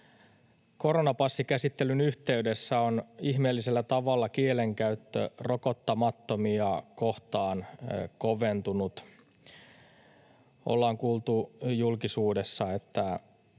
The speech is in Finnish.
koronapassikäsittelyn yhteydessä on ihmeellisellä tavalla kielenkäyttö rokottamattomia kohtaan koventunut. Ollaan kuultu julkisuudessa, että